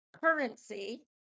currency